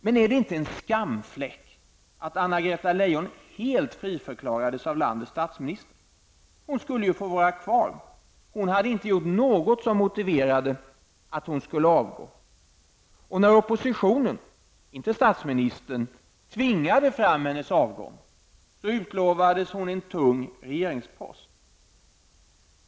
Men är det inte en skamfläck att Anna-Greta Leijon helt friförklarades av landets statsminister? Hon skulle få vara kvar, hon hade inte gjort något som motiverade att hon skulle avgå. Och när oppositionen -- inte statsministern -- tvingade fram hennes avgång, så utlovades hon ''en tung regeringspost''.